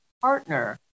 partner